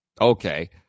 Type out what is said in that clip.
Okay